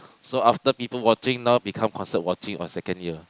so after people watching now become concert watching on second year